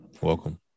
Welcome